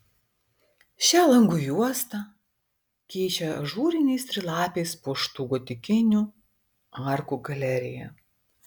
šią langų juostą keičia ažūriniais trilapiais puoštų gotikinių arkų galerija